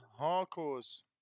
hardcore's